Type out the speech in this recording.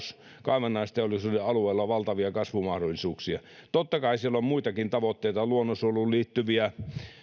kuten kaivannaisteollisuuden alueella on valtavia kasvumahdollisuuksia totta kai siellä on muitakin tavoitteita luonnonsuojeluun liittyviä